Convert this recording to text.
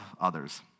others